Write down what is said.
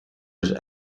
his